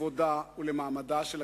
לכבודה ולמעמדה של הכנסת,